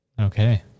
Okay